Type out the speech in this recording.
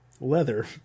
leather